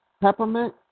peppermint